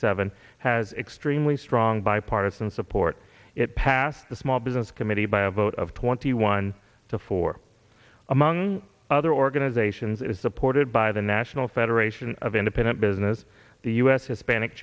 seven has extremely strong bipartisan support it passed the small business committee by a vote of twenty one to four among other organizations is supported by the national federation of independent business the u s hispanic